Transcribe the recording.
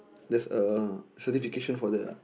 there's a certification for that right